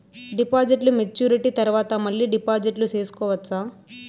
డిపాజిట్లు మెచ్యూరిటీ తర్వాత మళ్ళీ డిపాజిట్లు సేసుకోవచ్చా?